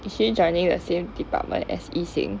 is she joining the same department as yi xing